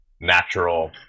natural